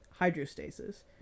hydrostasis